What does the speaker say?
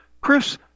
Chris